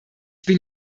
bin